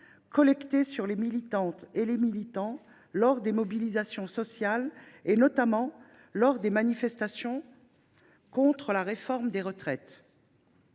collectées sur les militantes et les militants lors des mobilisations sociales, notamment à l’occasion des manifestations contre la réforme des retraites.